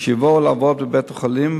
שיבואו לעבוד בבית-החולים,